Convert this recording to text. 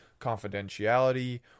confidentiality